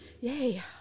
yay